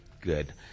good